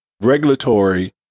regulatory